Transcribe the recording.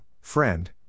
friend